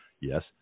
Yes